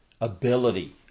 ability